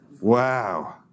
Wow